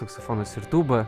saksofonas ir tūba